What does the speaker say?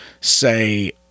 say